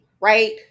right